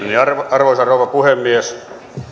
arvoisa rouva puhemies